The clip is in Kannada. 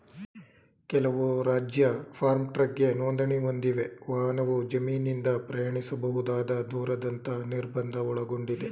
ಕೆಲವು ರಾಜ್ಯ ಫಾರ್ಮ್ ಟ್ರಕ್ಗೆ ನೋಂದಣಿ ಹೊಂದಿವೆ ವಾಹನವು ಜಮೀನಿಂದ ಪ್ರಯಾಣಿಸಬಹುದಾದ ದೂರದಂತ ನಿರ್ಬಂಧ ಒಳಗೊಂಡಿದೆ